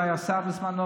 הוא היה השר בזמנו,